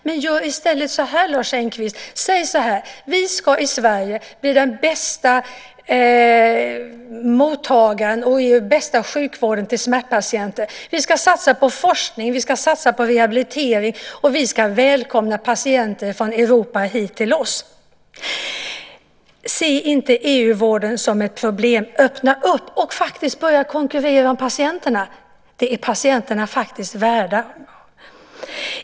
Säg i stället, Lars Engqvist, att vi i Sverige ska ge den bästa sjukvården till smärtpatienter, att vi ska satsa på forskning och rehabilitering, och vi ska välkomna patienter från Europa till oss. Se inte EU-vården som ett problem. Öppna i stället upp och börja konkurrera om patienterna. Det är patienterna värda.